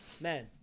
man